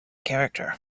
character